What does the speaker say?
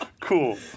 Cool